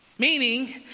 Meaning